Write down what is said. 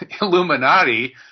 Illuminati